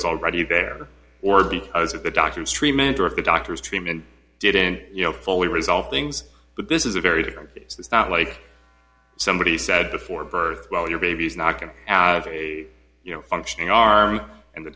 was already there or because of the doctor's treatment or if the doctor's treatment didn't you know fully resolved things but this is a very different it's not like somebody said before birth while your baby is knocking you know functioning arm and the